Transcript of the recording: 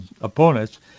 opponents